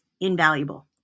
invaluable